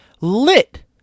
Lit